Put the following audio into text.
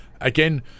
again